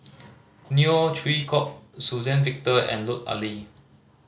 Neo Chwee Kok Suzann Victor and Lut Ali